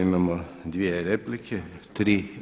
Imamo dvije replike, tri.